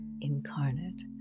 incarnate